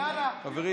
חברים,